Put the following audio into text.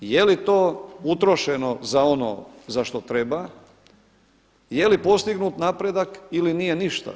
Je li to utrošeno za ono za što treba, je li postignut napredak ili nije ništa?